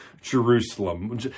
Jerusalem